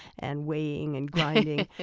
and weighing and grinding.